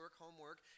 homework